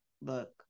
look